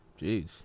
Jeez